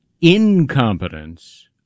incompetence